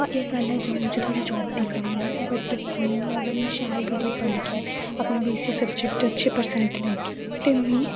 एह् गल्ल ऐ जम्मू च थोह्ड़ी जाब दी कमी ऐ बट कोई नी अगर मैं शैल करियै पढ़गी अपने बीसीए सब्जेक्ट च अच्छे पर्सेंट लैगी ते में